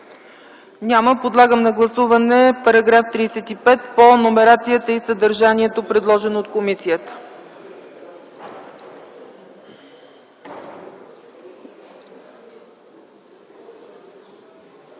Няма. Подлагам на гласуване § 35 по номерацията и съдържанието, предложени от комисията.